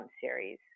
series